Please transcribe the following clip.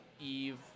Eve